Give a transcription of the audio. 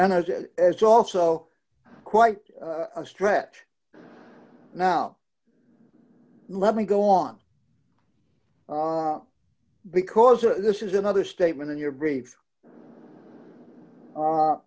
and it's also quite a stretch now let me go on because this is another statement in your brief